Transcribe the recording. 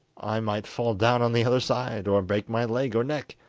i might fall down on the other side, or break my leg or neck,